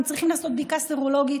הם צריכים לעשות בדיקה סרולוגית,